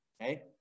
Okay